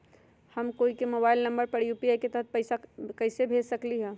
हम कोई के मोबाइल नंबर पर यू.पी.आई के तहत पईसा कईसे भेज सकली ह?